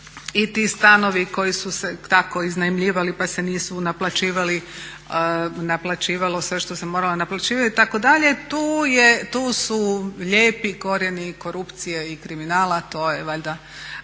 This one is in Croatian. i ti stanovi koji su se tako iznajmljivali pa se nisu naplaćivali, naplaćivalo sve što se moralo naplaćivati itd. tu su lijepi korijeni korupcije i kriminala to je valjda